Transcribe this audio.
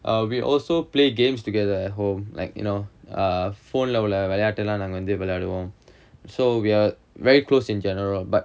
err we also play games together at home like you know err phone lah உள்ள விளையாட்டெல்லாம் நாங்க வந்து விளையாடுவோம்:ulla vilaiyaattellaam naanga vanthu vilaiyaaduvom so we are very close in general but